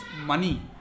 money